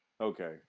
Okay